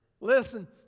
Listen